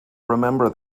remember